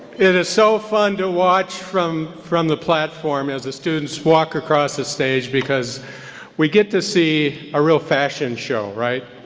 it is so fun to watch from from the platform as the students walk across the stage because we get to see a real fashion show, right?